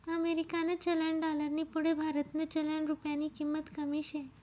अमेरिकानं चलन डालरनी पुढे भारतनं चलन रुप्यानी किंमत कमी शे